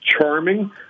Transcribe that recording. charming